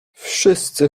wszyscy